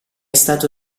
stato